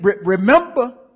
remember